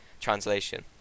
translation